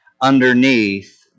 underneath